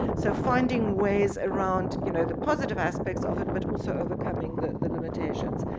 so finding ways around you know the positive aspects of it but also overcoming the the limitations.